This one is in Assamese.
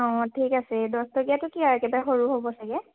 অঁ ঠিক আছে দহটকীয়াতো কি আৰু একেবাৰে সৰু হ'ব চাগে